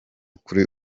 kuri